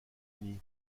uni